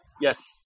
Yes